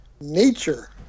nature